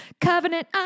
Covenant